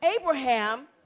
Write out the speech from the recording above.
Abraham